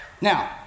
Now